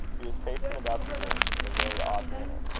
he was pacing about the room in a very odd manner.